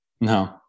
no